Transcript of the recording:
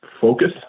focus